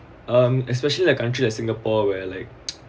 um especially like country like singapore where like